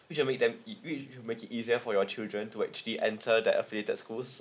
which will make them it which which will make it easier for your children to actually enter that affiliated schools